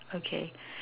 okay